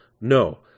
No